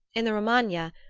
in the romagna,